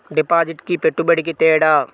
డిపాజిట్కి పెట్టుబడికి తేడా?